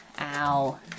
ow